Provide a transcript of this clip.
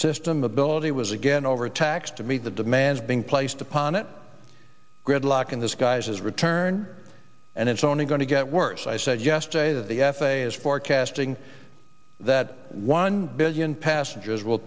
system ability was again overtaxed to meet the demands being placed upon it gridlock in the skies his return and it's only going to get worse i said yesterday that the f a a is forecasting that one billion passengers will